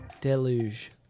Deluge